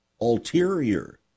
ulterior